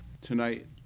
Tonight